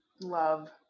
Love